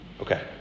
Okay